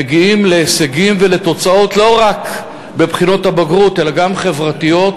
ומגיעים להישגים ולתוצאות לא רק בבחינות הבגרות אלא גם חברתיות,